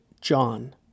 John